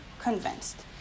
convinced